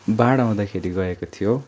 बाढ आउँदाखेरि गएको थियो